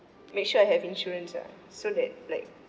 make sure I have insurance ah so that like